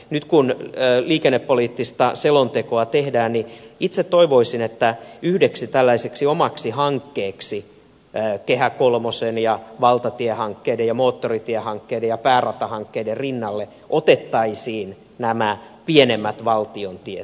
nyt kun liikennepoliittista selontekoa tehdään niin itse toivoisin että yhdeksi tällaiseksi omaksi hankkeeksi kehä kolmosen ja valtatiehankkeiden ja moottoritiehankkeiden ja pääratahankkeiden rinnalle otettaisiin nämä pienemmät valtion tiet